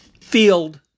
field